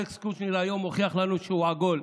אלכס קושניר היום הוכיח לנו שהוא עגול.